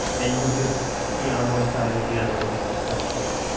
and you could be on one side or the other of these discussions.